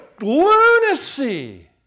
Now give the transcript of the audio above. lunacy